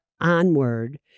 onward